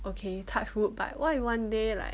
okay touch wood but what if one day like